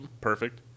Perfect